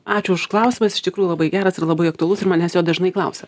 ačiū už klausimą jis iš tikrųjų labai geras ir labai aktualus ir manęs jo dažnai klausia